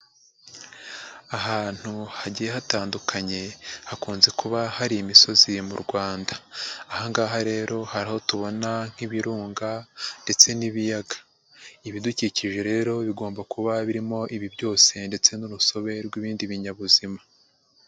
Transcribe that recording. Ahantu hagiye hatandukanye hakunze kuba hari imisozi iri mu Rwanda. Ahangaha rero, hari aho tubona nk'ibirunga ndetse n'ibiyaga ibidukikije rero bigomba kuba birimo ibi byose ndetse n'urusobe rw'ibindi binyabuzima.